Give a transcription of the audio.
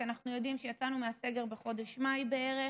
כי אנחנו יודעים שיצאנו מהסגר בחודש מאי בערך,